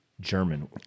German